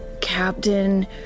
captain